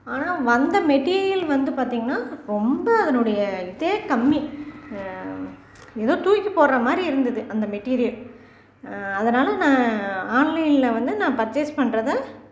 ஆனால் வந்த மெட்டீரியல் வந்து பார்த்தீங்கன்னா ரொம்ப அதனுடைய இதே கம்மி ஏதோ தூக்கி போடுகிற மாதிரி இருந்தது அந்த மெட்டீரியல் அதனால் நான் ஆன்லைனில் வந்து நான் பர்ச்சஸ் பண்ணுறத